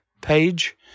page